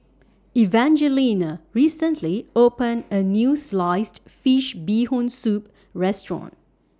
Evangelina recently opened A New Sliced Fish Bee Hoon Soup Restaurant